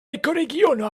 ekoregiono